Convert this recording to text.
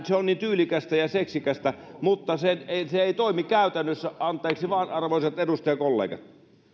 se on niin tyylikästä ja seksikästä mutta se ei toimi käytännössä anteeksi vaan arvoisat edustajakollegat